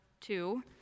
two